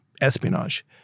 espionage